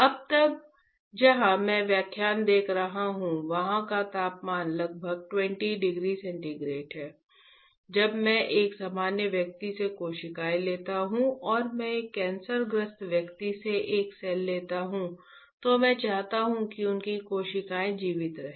अब तक जहां मैं यह व्याख्यान दे रहा हूं वहां का तापमान लगभग 20 डिग्री सेंटीग्रेड है जब मैं एक सामान्य व्यक्ति से कोशिकाएं लेता हूं और मैं एक कैंसर ग्रस्त व्यक्ति से एक सेल लेता हूं तो मैं चाहता हूं कि उनकी कोशिकाएं जीवित रहें